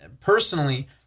personally